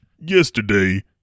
Yesterday